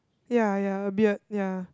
ya ya a beard ya